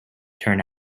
turn